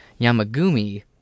Yamagumi